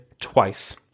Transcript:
twice